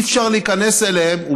אי-אפשר להיכנס אליהן,